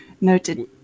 Noted